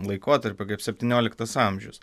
laikotarpio kaip septynioliktas amžius